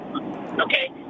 Okay